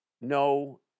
No